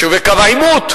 יישובי קו העימות,